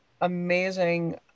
amazing